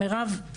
מירב,